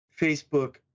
Facebook